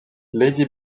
lady